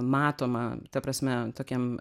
matoma ta prasme tokiam